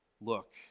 look